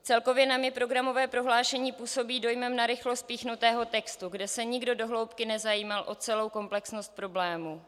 Celkově na mě programové prohlášení působí dojmem narychlo spíchnutého textu, kde se nikdo do hloubky nezajímal o celou komplexnost problému.